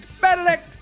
Benedict